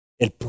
El